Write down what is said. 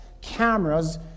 cameras